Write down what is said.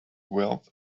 wealth